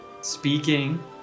speaking